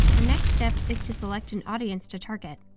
the next step is to select an audience to target.